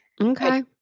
Okay